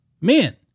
men